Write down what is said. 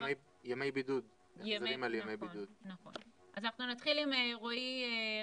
ימי בידוד, החזרים על ימי בידוד.